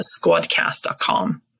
squadcast.com